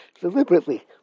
deliberately